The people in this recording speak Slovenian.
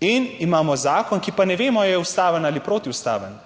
In imamo zakon, ki pa ne vemo ali je ustaven ali protiustaven,